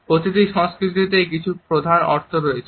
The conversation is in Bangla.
প্রতিটি সংস্কৃতিতেই কিছু প্রধান অর্থ রয়েছে